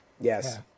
Yes